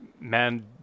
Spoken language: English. Man